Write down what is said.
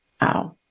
Wow